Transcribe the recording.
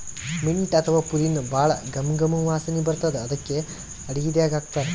mint ಅಥವಾ ಪುದಿನಾ ಭಾಳ್ ಘಮ್ ಘಮ್ ವಾಸನಿ ಬರ್ತದ್ ಅದಕ್ಕೆ ಅಡಗಿದಾಗ್ ಹಾಕ್ತಾರ್